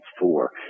four